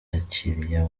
yakiriye